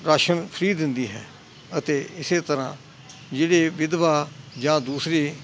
ration free ਦਿੰਦੀ ਹੈ ਅਤੇ ਇਸ ਤਰ੍ਹਾਂ ਜਿਹੜੇ ਵਿਧਵਾ ਜਾਂ ਦੂਸਰੇ